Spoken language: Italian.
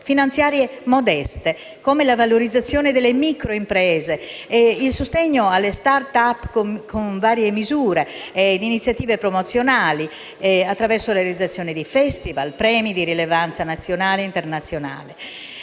finanziarie modeste. È altresì prevista la valorizzazione delle micro imprese e il sostegno alle *start-up*, con varie misure e iniziative promozionali, attraverso la realizzazione di *festival*, premi di rilevanza nazionale e internazionale.